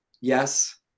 yes